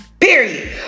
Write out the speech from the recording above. Period